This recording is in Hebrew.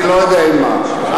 אני אומר לך,